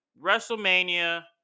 WrestleMania